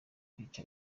kwica